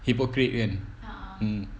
hypocrite kan mm